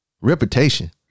reputation